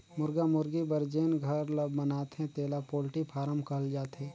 मुरगा मुरगी बर जेन घर ल बनाथे तेला पोल्टी फारम कहल जाथे